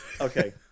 Okay